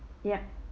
yup